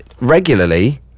regularly